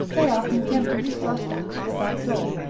they are contemptibly thrust out at a back door,